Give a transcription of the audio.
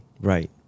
Right